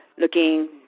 looking